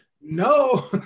no